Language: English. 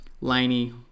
Laney